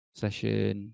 session